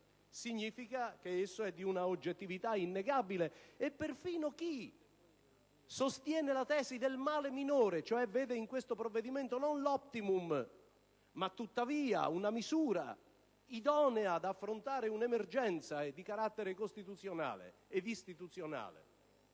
significa che esso è di un'oggettività innegabile. Se poi c'è perfino chi sostiene la tesi del male minore, e cioè vede in questo provvedimento non l'*optimum* ma tuttavia una misura idonea ad affrontare un'emergenza di carattere costituzionale ed istituzionale